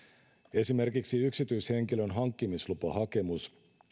esimerkiksi yksityishenkilön hankkimislupahakemus